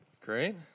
Great